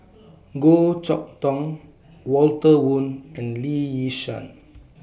Goh Chok Tong Walter Woon and Lee Yi Shyan